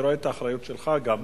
אני רואה את האחריות שלך גם,